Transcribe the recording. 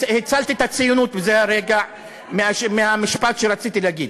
הצלת את הציונות בזה הרגע מהמשפט שרציתי להגיד.